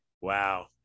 Wow